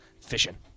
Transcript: fishing